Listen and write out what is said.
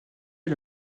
est